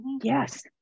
Yes